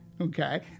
okay